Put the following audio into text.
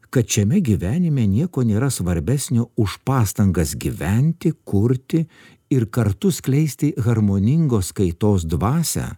kad šiame gyvenime nieko nėra svarbesnio už pastangas gyventi kurti ir kartu skleisti harmoningos kaitos dvasią